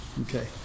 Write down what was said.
okay